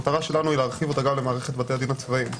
המטרה שלנו היא להרחיב אותה גם למערכת בתי הדין הצבאי.